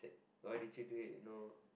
why did you do it you know